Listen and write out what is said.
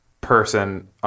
person